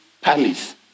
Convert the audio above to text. palace